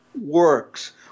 works